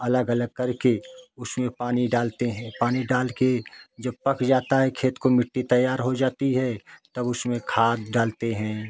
अलग अलग कर के उसमें पानी डालते हैं पानी डालकर जब पक जाता है खेत को मिट्टी तैयार हो जाती है तब उसमें खाद डालते हैं